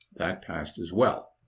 that passed as well,